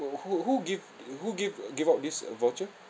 who~ who who give who give give out this uh voucher